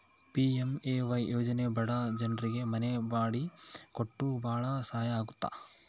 PMAY ಯೋಜನೆ ಬಡ ಜನ್ರಿಗೆ ಮನೆ ಮಾಡಿ ಕೊಟ್ಟು ಭಾಳ ಸಹಾಯ ಆಗುತ್ತ